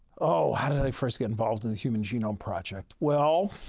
oh, how did i first get involved in the human genome project? well,